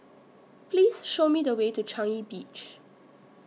Please Show Me The Way to Changi Beach